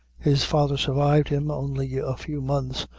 his father survived him only a few months,